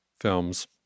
films